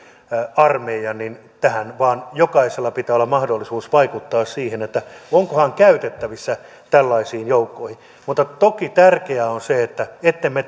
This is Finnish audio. armeijan vaan jokaisella pitää olla mahdollisuus vaikuttaa siihen onko hän käytettävissä tällaisiin joukkoihin mutta toki tärkeää on se ettemme